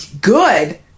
Good